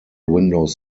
windows